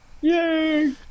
Yay